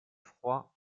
froid